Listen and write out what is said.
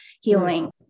healing